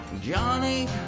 Johnny